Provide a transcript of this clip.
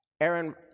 Aaron